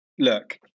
look